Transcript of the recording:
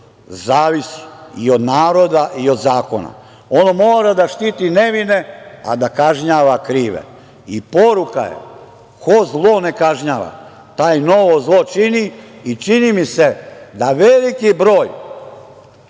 zavisi i od naroda i od zakona. Ono mora da štiti nevine, a da kažnjava krive. Poruka je - ko zlo ne kažnjava, taj novo zlo čini. I čini mi se da veliki broj